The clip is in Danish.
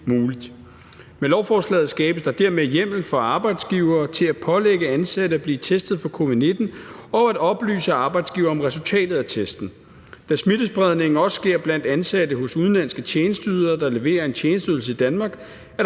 Med lovforslaget skabes der hjemmel for arbejdsgivere til at pålægge ansatte at blive testet for covid-19 og at oplyse arbejdsgiver om resultatet af testen. Da smittespredningen også sker blandt ansatte hos udenlandske tjenesteudbydere, der leverer en tjenesteydelse i Danmark,